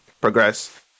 progress